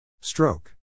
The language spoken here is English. Stroke